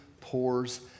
pours